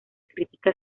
crítica